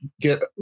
get